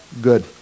good